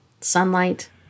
sunlight